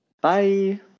Bye